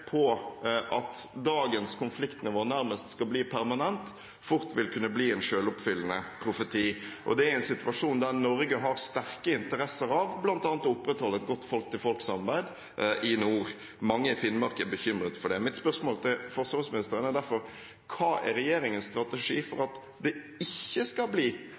på at dagens konfliktnivå nærmest skal bli permanent, fort vil kunne bli en selvoppfyllende profeti – og det i en situasjon der Norge har sterke interesser av bl.a. å opprettholde et godt folk-til-folk-samarbeid i nord. Mange i Finnmark er bekymret for det. Mitt spørsmål til forsvarsministeren er derfor: Hva er regjeringens strategi for at det ikke skal bli